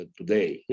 today